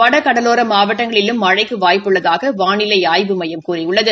வடகடலோர மாவட்டங்களிலும் மழைக்கு வாய்ப்பு உள்ளதாக வாளிலை ஆய்வு மையம் கூறியுள்ளது